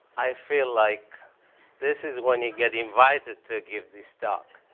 i feel like this is when you get invited to give this talk.